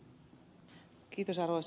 mielestäni ed